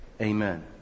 Amen